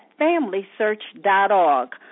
FamilySearch.org